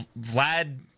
Vlad